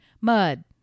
mud